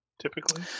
typically